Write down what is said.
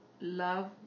love